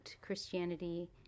Christianity